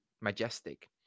majestic